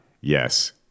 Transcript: Yes